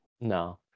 No